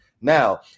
Now